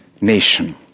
nation